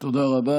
תודה רבה.